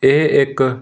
ਇਹ ਇੱਕ